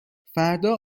فردا